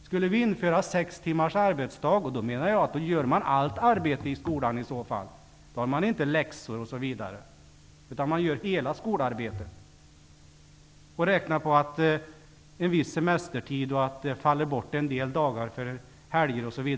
Skulle vi införa sex timmars arbetsdag -- i så fall menar jag att man gör allt arbete i skolan, man har inte läxor -- får man räkna med en viss semestertid och att det faller bort en del dagar genom helger.